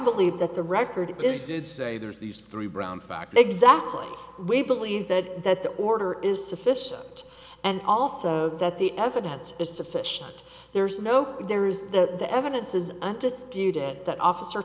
believe that the record is did say there's these three brown fact exactly we believe that the order is sufficient and also that the evidence is sufficient there's no there is that the evidence is disputed that officer